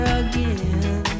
again